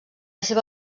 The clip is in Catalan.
seva